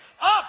up